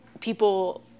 people